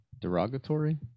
derogatory